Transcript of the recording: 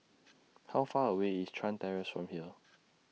How Far away IS Chuan Terrace from here